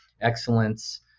excellence